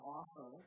offer